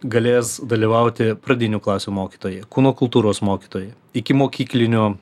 galės dalyvauti pradinių klasių mokytojai kūno kultūros mokytojai ikimokyklinių